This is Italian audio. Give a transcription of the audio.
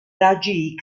raggi